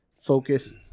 Focused